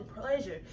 pleasure